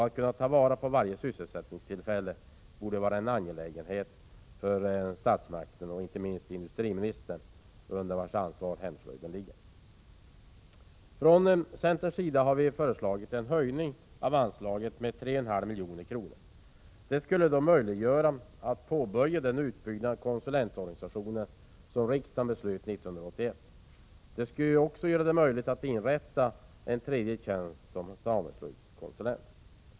Att kunna ta vara på varje sysselsättningstillfälle borde vara en angelägenhet för statsmakten och inte minst industriministern, vars ansvarsområde hemslöjden tillhör. Från centerns sida har vi föreslagit en höjning av anslaget med 3,5 milj.kr. Det skulle göra det möjligt att påbörja den utbyggnad av konsulentorganisationen som riksdagen beslöt 1981. Det skulle också göra det möjligt att inrätta en tredje tjänst som sameslöjdskonsulent.